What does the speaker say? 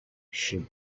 she